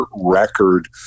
record